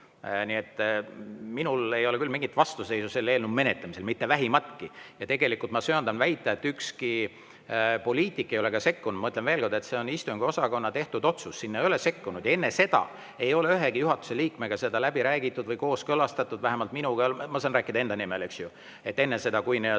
Minul ei ole mingit vastuseisu selle eelnõu menetlemisele, mitte vähimatki. Ja tegelikult ma söandan väita, et ükski teine poliitik ei ole ka sekkunud. Ma ütlen veel kord, et see on istungiosakonna tehtud otsus, sinna ei ole sekkutud. Enne seda ei ole ühegi juhatuse liikmega seda läbi räägitud või kooskõlastatud, vähemalt minuga mitte. Ma saan rääkida enda nimel, et enne seda, kui